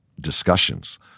discussions